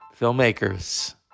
Filmmakers